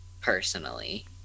personally